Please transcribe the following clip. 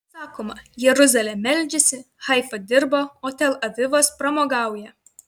sakoma jeruzalė meldžiasi haifa dirba o tel avivas pramogauja